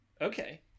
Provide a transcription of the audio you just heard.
Okay